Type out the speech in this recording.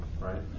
right